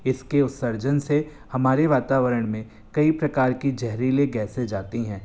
इसके उत्सर्जन से हमारे वातावरण में कई प्रकार की ज़हरीले गैसें जाती हैं